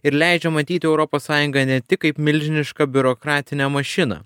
ir leidžia matyti europos sąjungą ne tik kaip milžinišką biurokratinę mašiną